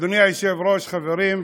אדוני היושב-ראש, חברים,